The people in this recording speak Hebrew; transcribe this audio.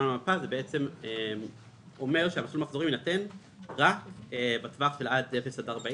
במפה" בעצם אומרת שמסלול המחזורים יינתן רק בטווח של עד 40 קילומטר,